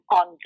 on